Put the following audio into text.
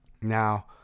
Now